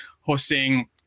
hosting